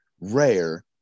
rare